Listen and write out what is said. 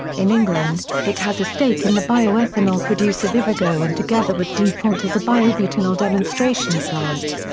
in england, it has a stake in the bioethanol producer vivergo and together with dupont has a biobutanol demonstration plant.